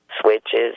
switches